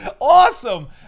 Awesome